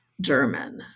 german